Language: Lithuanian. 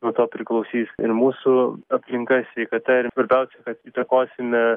nuo to priklausys ir mūsų aplinka sveikata ir svarbiausia kad įtakosime